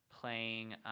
playing